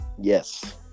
Yes